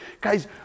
Guys